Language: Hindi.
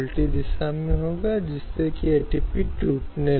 इसलिए अगर आज नहीं तो समय के साथ साथ शायद धीरे धीरे राज्य को भी हासिल हो जाए